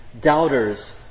doubters